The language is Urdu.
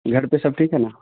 گھر پہ سب ٹھیک ہے نا